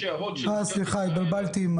סליחה, התבלבלתי.